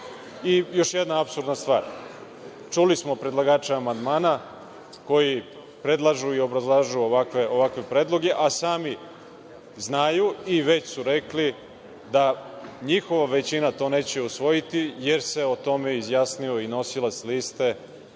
dan. Još jedna apsurdna stvar. Čuli smo predlagače amandmana koji predlažu i obrazlažu ovakve predloge, a sami znaju i već su rekli da njihova većina to neće usvojiti, jer se o tome izjasnio i nosilac liste